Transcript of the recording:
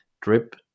drip